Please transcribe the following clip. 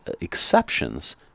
exceptions